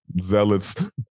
zealots